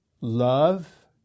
love